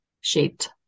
shaped